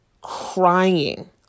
crying